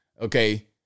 okay